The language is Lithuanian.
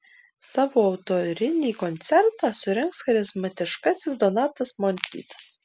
savo autorinį koncertą surengs charizmatiškasis donatas montvydas